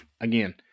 again